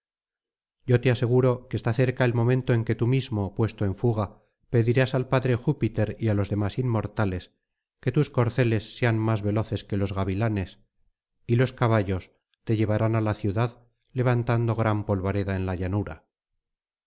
yo te aseguro que está cerca el momento en que tú mismo puesto en fuga pedirás al padre júpiter y á los demás inmortales que tus corceles sean más veloces que los gavilanes y los caballos te llevarán á la ciudad levantando gran polvareda en la llanura